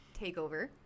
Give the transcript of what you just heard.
takeover